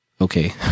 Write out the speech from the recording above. Okay